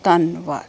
ਧੰਨਵਾਦ